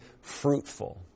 fruitful